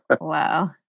Wow